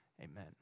amen